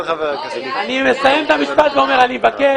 אני מסיים את המשפט ואומר: אני מבקש